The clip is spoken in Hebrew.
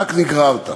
רק נגררת.